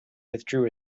withdrew